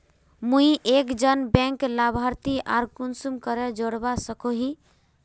मुई एक जन बैंक लाभारती आर कुंसम करे जोड़वा सकोहो ही?